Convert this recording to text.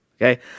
okay